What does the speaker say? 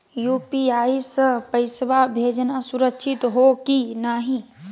UPI स पैसवा भेजना सुरक्षित हो की नाहीं?